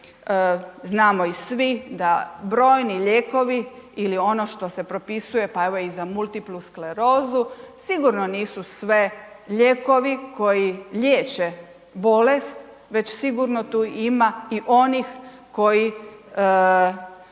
znamo i svi da brojni lijekovi ili ono što se propisuje, pa evo i za multiplu sklerozu sigurno nisu sve lijekovi koji liječe bolest, već sigurno tu ima i onih koji